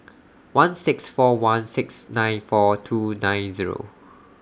one six four one six nine four two nine Zero